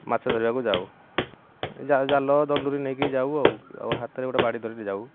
ମାଛ ଧରିବାକୁ ଯାଉ ଜାଲ ଦଣ୍ଡୁରି ନେଇକି ଯାଉ ଆଉ ଆଉ ହାତରେ ଗୋଟେ ବାଡ଼ି ଧରିକି ଯାଉ